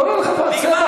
קורא לך צא בחוץ.